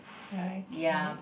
okay